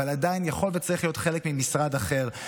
אבל עדיין יכול וצריך להיות חלק ממשרד אחר,